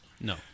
No